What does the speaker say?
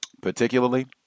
particularly